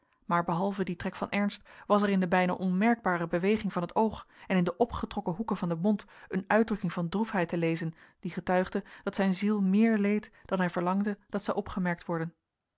maar behalve dien trek van ernst was er in de bijna onmerkbare beweging van het oog en in de opgetrokken hoeken van den mond een uitdrukking van droefheid te lezen die getuigde dat zijn ziel meer leed dan hij verlangde dat zou opgemerkt worden